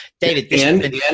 David